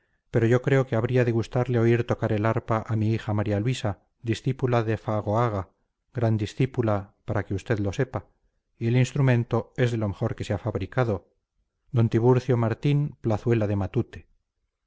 pero yo creo que habría de gustarle oír tocar el arpa a mi hija maría luisa discípula de fagoaga gran discípula para que usted lo sepa y el instrumento es de lo mejor que ha fabricado d tiburcio martín plazuela de matute